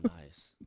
nice